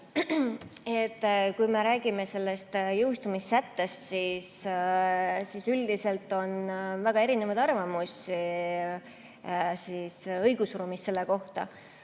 Kui me räägime jõustumissättest, siis üldiselt on väga erinevaid arvamusi õigusruumis selle kohta.